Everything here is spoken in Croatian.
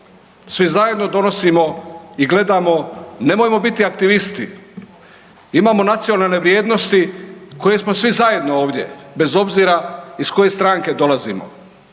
svi zajedno donosimo i gledamo, nemojmo biti aktivisti, imamo nacionalne vrijednosti koje smo svi zajedno ovdje bez obzira iz koje stranke dolazimo.